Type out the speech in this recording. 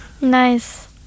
Nice